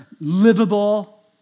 livable